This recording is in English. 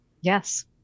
Yes